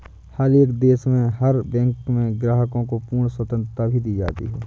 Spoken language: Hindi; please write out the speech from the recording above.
हर एक देश में हर बैंक में ग्राहकों को पूर्ण स्वतन्त्रता भी दी जाती है